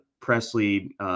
Presley